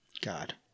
God